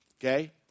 okay